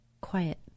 quiet